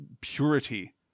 purity